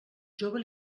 jove